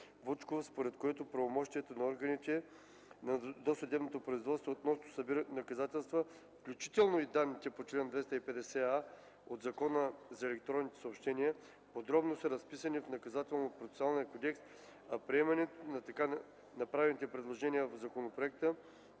според което правомощията на органите на досъдебното производство относно събирането на доказателства, включително и данните по чл. 250а от Закона за електронните съобщения, подробно са разписани в Наказателно-процесуалния кодекс, а приемането на така направените предложения в законопроекта